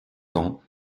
temps